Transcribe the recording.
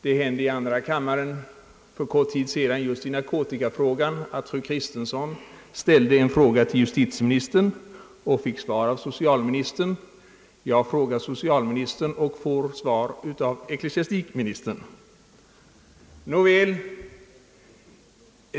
Det hände i andra kammaren för kort tid sedan just i narkotikafrågan att fru Kristensson ställde en fråga till justitieministern och fick svar av socialministern. Jag frågade socialministern och får svar av ecklesiastikministern. Nåväl!